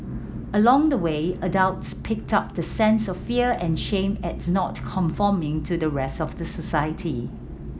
along the way adults pick up the sense of fear and shame at not conforming to the rest of the society